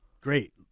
great